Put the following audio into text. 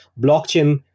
Blockchain